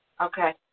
Okay